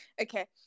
okay